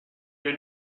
est